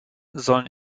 sollen